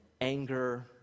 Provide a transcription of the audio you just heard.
anger